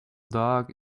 dog